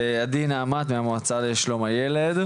בבקשה, עדי נעמת מהמועצה לשלום הילד.